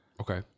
Okay